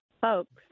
folks